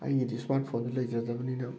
ꯑꯩꯒꯤꯗꯤ ꯏꯁꯃꯥꯔꯠ ꯐꯣꯟꯗꯣ ꯂꯩꯖꯗꯕꯅꯤꯅ